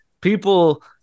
people